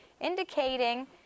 indicating